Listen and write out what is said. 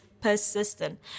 persistent